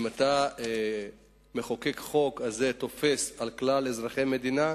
אם אתה מחוקק חוק, זה תופס על כלל אזרחי המדינה,